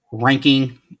Ranking